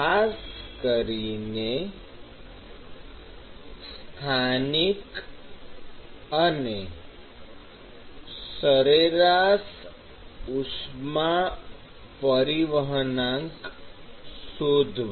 ખાસ કરીને સ્થાનિક અને સરેરાશ ઉષ્મા પરિવહનાંક શોધવા